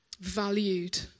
valued